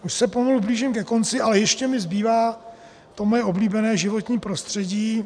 Už se pomalu blížím ke konci, ale ještě mi zbývá to moje oblíbené životní prostředí.